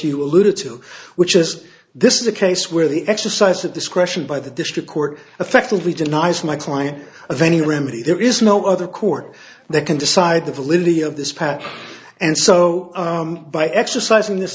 you alluded to which is this is a case where the exercise of discretion by the district court effectively denies my client of any remedy there is no other court that can decide the validity of this path and so by exercising this